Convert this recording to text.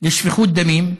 לשפיכות דמים,